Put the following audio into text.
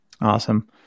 Awesome